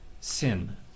sin